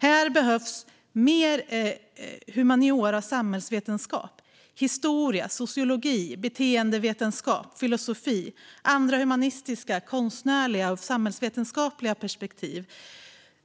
Här behövs mer humaniora, samhällsvetenskap, historia, sociologi, beteendevetenskap och filosofi. Det behövs andra humanistiska, konstnärliga och samhällsvetenskapliga perspektiv